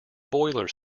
boiler